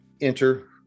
enter